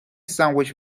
sandwich